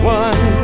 one